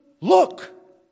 Look